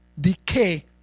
decay